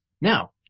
Now